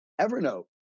Evernote